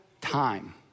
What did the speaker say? time